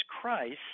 christ